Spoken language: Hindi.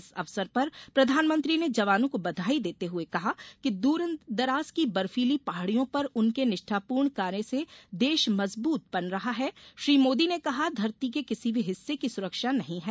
इस अवसर पर प्रधानमंत्री ने जवानों को बधाई देते हुए कहा कि दूरदराज की बर्फीली पहाड़ियों पर उनके निष्ठापूर्ण कार्य से देश मजबूत बन रहा है श्री मोदी ने कहा धरती के किसी भी हिस्से की सुरक्षा नहीं है